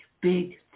big